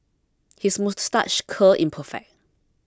his moustache curl is perfect